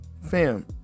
fam